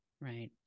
right